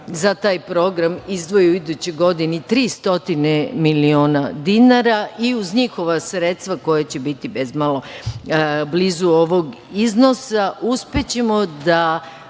za taj program izdvoji u idućoj godini tri stotine miliona dinara, i uz njihova sredstva koja će biti bezmalo blizu ovog iznosa, uspećemo da